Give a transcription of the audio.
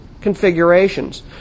configurations